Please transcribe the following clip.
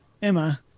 Emma